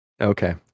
Okay